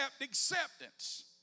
acceptance